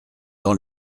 dans